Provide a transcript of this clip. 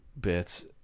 bits